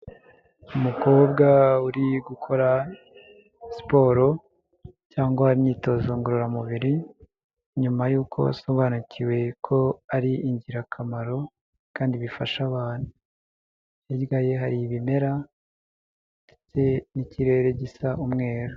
Umukobwa uri gukora siporo cyangwa imyitozo ngororamubiri, nyuma yuko asobanukiwe ko ari ingirakamaro kandi bifasha abantu. Hirya ye hari ibimera ndetse n'ikirere gisa umweru.